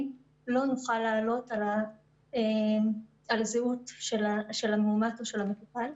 לא נוכל לעלות על הזהות של המאומת או של המטופל.